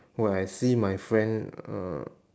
where I see my friend uh